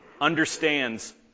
understands